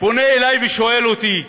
פונה אליי ושואל אותי: